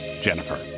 Jennifer